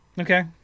Okay